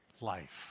life